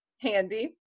handy